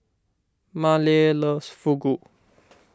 Maleah loves Fugu